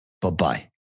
Bye-bye